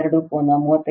2 ಕೋನ 35